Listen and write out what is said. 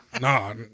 Nah